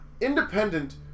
independent